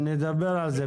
נדבר על זה.